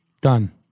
Done